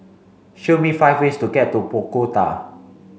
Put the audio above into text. show me five ways to get to Bogota